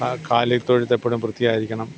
കാലി തൊഴുത്ത് എപ്പോഴും വൃത്തി ആയിരിക്കണം